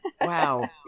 Wow